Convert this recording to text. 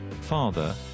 Father